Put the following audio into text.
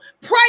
pray